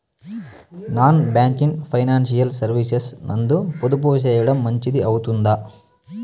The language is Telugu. నాన్ బ్యాంకింగ్ ఫైనాన్షియల్ సర్వీసెస్ నందు పొదుపు సేయడం మంచిది అవుతుందా?